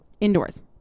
indoors